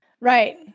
Right